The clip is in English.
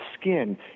skin